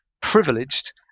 privileged